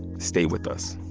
stay with us